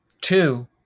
Two